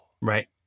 Right